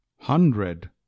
Hundred